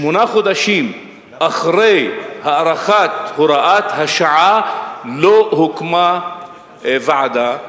שמונה חודשים אחרי הארכת הוראת השעה לא הוקמה ועדה,